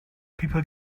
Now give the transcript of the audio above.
people